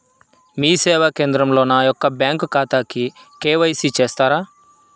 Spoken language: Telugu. మీ సేవా కేంద్రంలో నా యొక్క బ్యాంకు ఖాతాకి కే.వై.సి చేస్తారా?